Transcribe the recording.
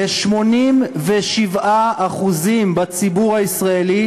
ל-87% בציבור הישראלי,